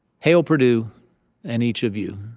hail purdue and each of you.